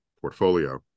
portfolio